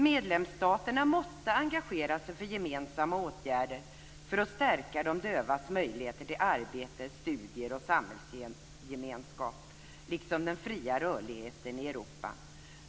Medlemsstaterna måste engagera sig för gemensamma åtgärder för att stärka de dövas möjligheter till arbete, studier och samhällsgemenskap liksom till den fria rörligheten i Europa.